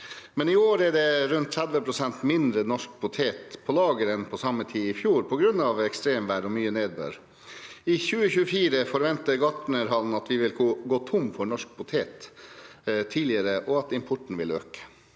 I år er det rundt 30 pst. mindre norsk potet på lager enn på samme tid i fjor på grunn av ekstremvær og mye nedbør. I 2024 forventer Gartnerhallen at vi vil gå tom for norsk potet tidligere, og at importen vil øke.